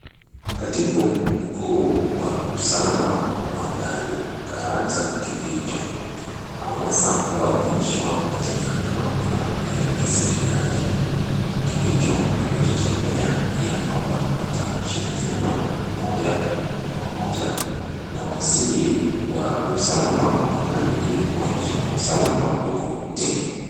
Katibu mkuu wa usalama wa ndani Karanja Kibicho ameweza kuapishwa katika hafla ya kiserekali. Kibicho amejitolea ya kwamba atashirikiana moja kwa moja na waziri wa usalama wa ndani ili kuboresha usalama huku nchini.